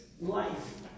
life